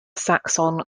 saxon